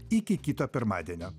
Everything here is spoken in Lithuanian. iki kito pirmadienio